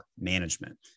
management